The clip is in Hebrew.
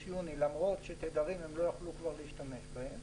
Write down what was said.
יוני למרות שהם כבר לא יכלו להשתמש בתדרים.